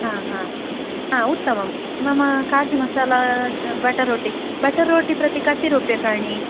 हा हा हा उत्तमं मम काजु मसाला बटर् रोटि बटर् रोटि प्रति कति रूप्यकाणि